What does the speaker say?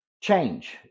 change